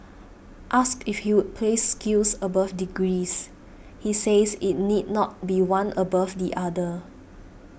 asked if he would place skills above degrees he says it need not be one above the other